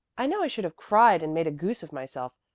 i know i should have cried and made a goose of myself,